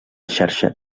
xarxa